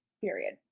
Period